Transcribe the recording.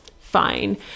fine